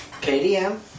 KDM